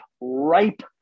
ripe